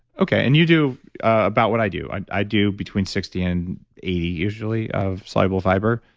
okay and you do about what i do, i i do between sixty and eighty, usually, of soluble fiber,